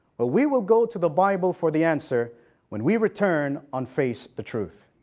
well we will go to the bible for the answer when we return on face the truth.